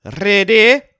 Ready